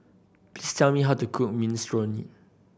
please tell me how to cook Minestrone